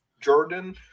Jordan